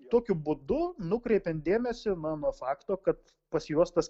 tokiu būdu nukreipiant dėmesį na nuo fakto kad pas juos tas